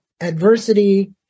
adversity